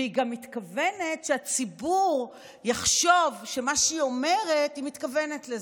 והיא גם מתכוונת שהציבור יחשוב שמה היא אומרת היא מתכוונת לזה.